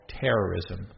terrorism